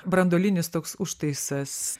branduolinis toks užtaisas